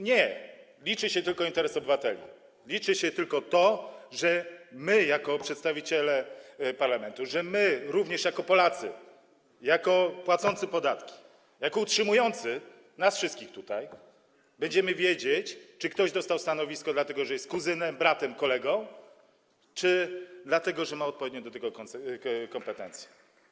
Nie, liczy się tylko interes obywateli, liczy się tylko to, że my jako przedstawiciele parlamentu, że my również jako Polacy, jako płacący podatki, jako utrzymujący nas wszystkich tutaj będziemy wiedzieć, czy ktoś dostał stanowisko, dlatego że jest kuzynem, bratem, kolegą, czy dlatego że ma odpowiednie do tego kompetencje.